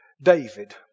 David